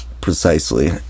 precisely